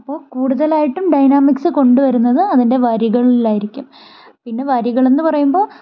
അപ്പോൾ കൂടുതലായിട്ടും ഡൈനാമിക്സ് കൊണ്ടുവരുന്നത് അതിൻ്റെ വരികളിൽ ആയിരിക്കും പിന്നെ വരികൾ എന്ന് പറയുമ്പോൾ